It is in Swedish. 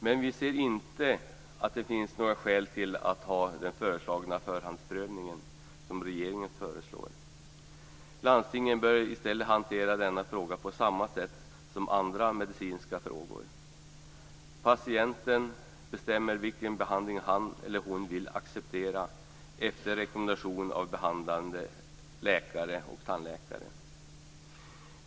Men vi ser inte att det finns några skäl till att ha den förhandsprövning som regeringen förslår. Landstingen bör i stället hantera denna fråga på samma sätt som andra medicinska frågor. Patienten bestämmer vilken behandling han eller hon vill acceptera efter rekommendation av behandlande läkare och tandläkare.